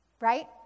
right